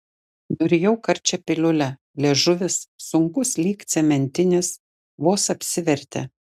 nurijau karčią piliulę liežuvis sunkus lyg cementinis vos apsivertė